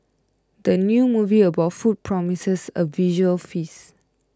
the new movie about food promises a visual feast